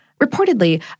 Reportedly